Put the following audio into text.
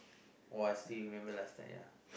!wah! I still remember last time ya